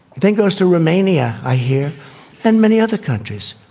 think goes to romania ah here and many other countries.